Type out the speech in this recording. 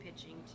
pitching